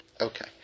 Okay